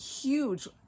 huge